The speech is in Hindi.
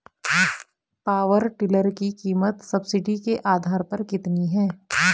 पावर टिलर की कीमत सब्सिडी के आधार पर कितनी है?